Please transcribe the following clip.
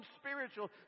spiritual